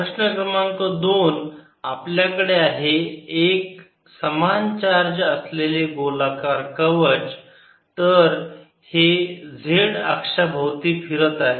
प्रश्न क्रमांक दोन आपल्याकडे आहे एक समान चार्ज असलेले गोलाकार कवच तर हे z अक्षाभोवती फिरत आहे